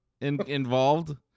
involved